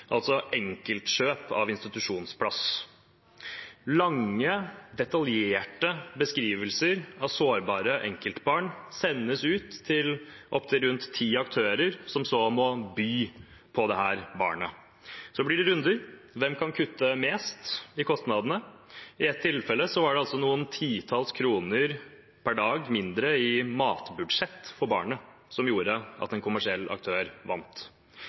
altså enkeltkjøp av institusjonsplass. Lange, detaljerte beskrivelser av sårbare enkeltbarn sendes ut til opptil rundt ti aktører, som så må by på dette barnet. Så blir det runder – hvem kan kutte mest i kostnadene? I ett tilfelle var de noen titalls kroner per dag mindre i matbudsjett for barnet som gjorde at en kommersiell aktør vant.